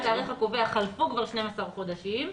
הקובע חלפו כבר 12 חודשים,